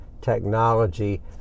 technology